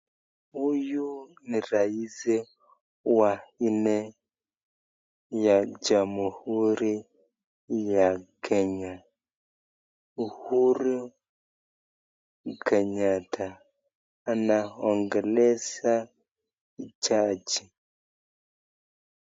Huyu ni rais wa nne wa jamhuri ya Kenya, Uhuru Kenyatta, anaongelesha jaji.